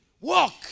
Walk